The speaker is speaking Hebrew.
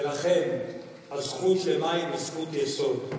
ולכן הזכות למים היא זכות יסוד.